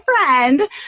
friend